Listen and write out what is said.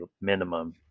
minimum